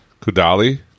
Kudali